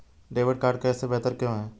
Debit card cash से बेहतर क्यों है?